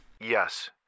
Yes